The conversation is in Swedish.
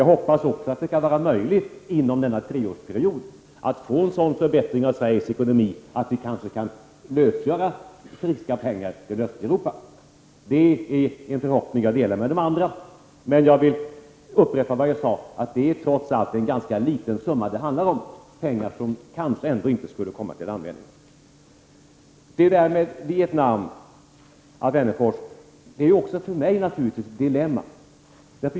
Jag hoppas att det kan vara möjligt att inom denna treårsperiod få en sådan förbättring av Sveriges ekonomi att vi kan lösgöra friska pengar till Östeuropa. Det är en förhoppning jag delar med de andra. Men jag vill upprepa det jag sade, att det trots allt är en ganska liten summa det handlar om; pengar som kanske ändå inte skulle komma till användning. Det Alf Wennerfors tog upp om Vietnam är naturligtvis också för mig ett dilemma.